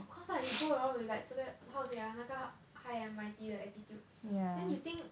of course lah he go around with like 这个 how to say ah 那个 high and mighty 的 attitude then you think